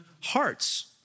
hearts